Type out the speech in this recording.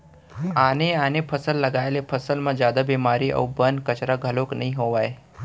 आने आने फसल लगाए ले फसल म जादा बेमारी अउ बन, कचरा घलोक नइ होवय